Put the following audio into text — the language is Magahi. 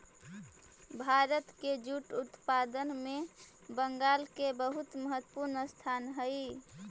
भारत के जूट उत्पादन में बंगाल के बहुत महत्त्वपूर्ण स्थान हई